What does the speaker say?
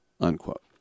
unquote